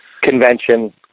convention